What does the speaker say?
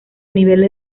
niveles